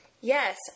Yes